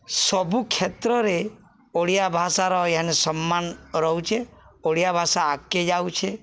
ସବୁ କ୍ଷେତ୍ରରେ ଓଡ଼ିଆ ଭାଷାର ଇହାନି ସମ୍ମାନ ରହୁଛେ ଓଡ଼ିଆ ଭାଷା ଆଗ୍କେ ଯାଉଛେ